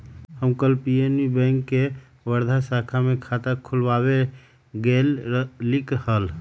हम कल PNB bank के वर्धा शाखा में खाता खुलवावे गय लीक हल